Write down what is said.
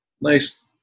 nice